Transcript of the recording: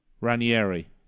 Ranieri